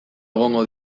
egongo